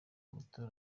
moto